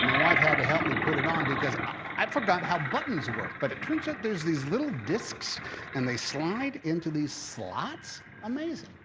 my wife had to help me put it on, because i forgot how buttons work, but it turns out there's these little disks and they slide into these slots amazing.